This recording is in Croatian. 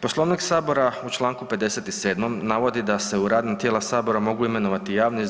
Poslovnik Sabora u čl. 57. navodi da se u radna tijela Sabora mogu imenovati javne i